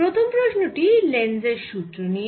প্রথম প্রশ্ন টি লেঞ্জ এর সুত্র Lenz's law নিয়ে